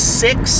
six